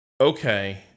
okay